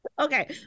Okay